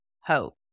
hope